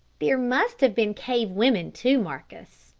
there must have been cave women, too, marcus,